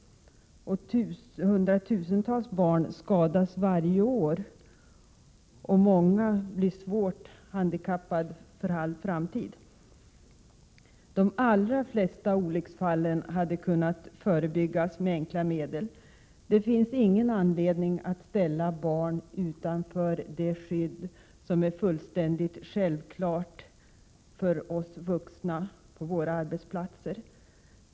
Hundratusentals barn skadas varje år, och många blir svårt handikappade för all framtid. De allra flesta olycksfall hade kunnat förebyggas med enkla medel. Det finns ingen anledning att ställa barn utanför det skydd som är fullständigt självklart för oss vuxna på våra arbetsplatser.